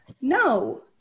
No